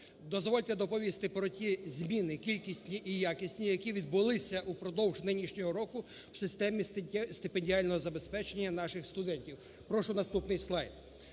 дозвольте доповісти про ті зміни кількісні і якісні, які відбулися впродовж нинішнього року у системі стипендіального забезпечення наших студентів. Прошу наступний слайд.